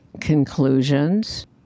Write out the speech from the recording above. conclusions